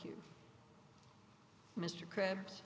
you mr krabs